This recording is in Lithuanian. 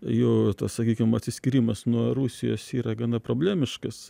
jo tas sakykim atsiskyrimas nuo rusijos yra gana problemiškas